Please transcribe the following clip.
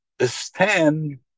stand